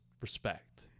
respect